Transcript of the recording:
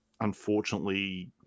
unfortunately